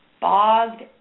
bogged